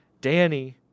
Danny